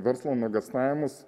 verslo nuogąstavimus